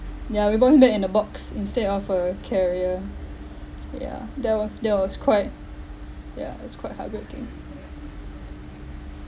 ya we brought him back in a box instead of a carrier yeah that was that was quite yeah it's quite heartbreaking